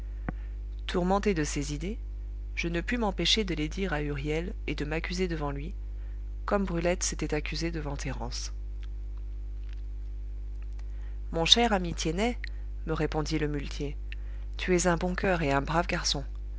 tourmenté de ces idées je ne pus m'empêcher de les dire à huriel et de m'accuser devant lui comme brulette s'était accusée devant thérence mon cher ami tiennet me répondit le muletier tu es un bon coeur et un brave garçon